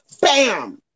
bam